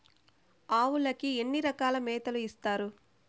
ఆవులకి ఎన్ని రకాల మేతలు ఇస్తారు?